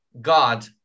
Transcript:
God